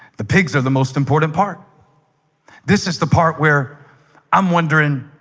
the pigs are the most important part this is the part where i'm wondering